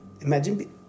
Imagine